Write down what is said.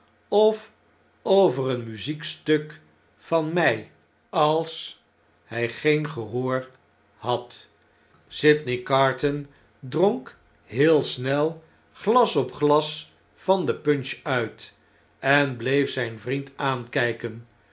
of over een muziekstuk van my als hy geen gehoor had sydney carton dronk heel snel glas op glas van de punch uit enbleefzp vriend